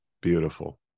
Beautiful